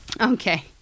Okay